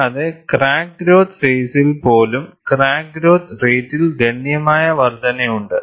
കൂടാതെ crack growth ഫേസിൽ പോലും ക്രാക്ക് ഗ്രോത്ത് റേറ്റിൽ ഗണ്യമായ വർധനയുണ്ട്